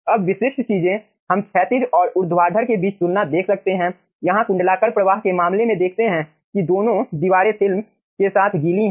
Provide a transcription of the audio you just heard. अब विशिष्ट चीजें हम क्षैतिज और ऊर्ध्वाधर के बीच तुलना देख सकते हैं यहां कुंडलाकार प्रवाह के मामले में देखते हैं की दोनों दीवारें फिल्म के साथ गीली हैं